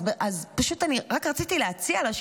אז פשוט רק רציתי להציע לה,